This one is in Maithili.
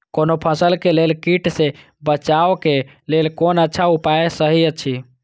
कोनो फसल के लेल कीट सँ बचाव के लेल कोन अच्छा उपाय सहि अछि?